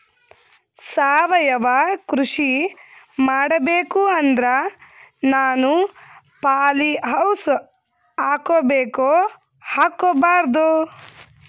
ಸಾವಯವ ಕೃಷಿ ಮಾಡಬೇಕು ಅಂದ್ರ ನಾನು ಪಾಲಿಹೌಸ್ ಹಾಕೋಬೇಕೊ ಹಾಕ್ಕೋಬಾರ್ದು?